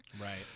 Right